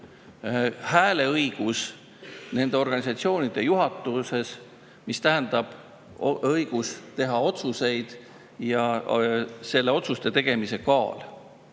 hääleõigus nende organisatsioonide juhatuses, mis tähendab õigust teha otsuseid ja nende tehtud otsuste kaalu.